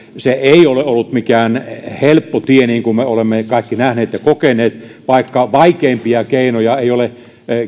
se ei ole ollut mikään helppo tie niin kuin me olemme kaikki nähneet ja kokeneet vaikka vaikeimpia keinoja ei ole